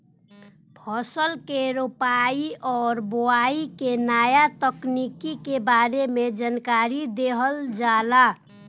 फसल के रोपाई और बोआई के नया तकनीकी के बारे में जानकारी देहल जाला